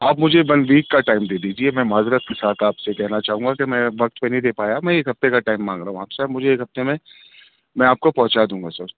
آپ مجھے one week کا ٹائم دے دیجیے میں معذرت کے ساتھ آپ سے کہنا چاہوں گا کہ میں وقت پہ نہیں دے پایا میں ایک ہفتے کا ٹائم مانگ رہا ہوں آپ سے مجھے ایک ہفتے میں میں آپ کو پہنچا دوں گا سر